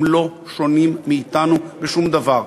הם לא שונים מאתנו בשום דבר.